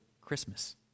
Christmas